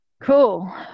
cool